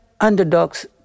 underdogs